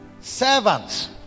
servants